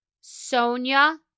Sonia